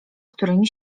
którymi